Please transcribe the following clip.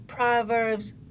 Proverbs